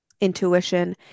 intuition